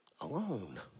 Alone